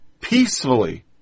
Peacefully